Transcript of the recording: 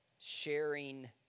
Sharing